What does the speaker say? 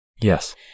Yes